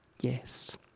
yes